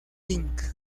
inc